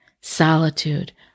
solitude